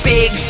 Big